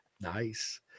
nice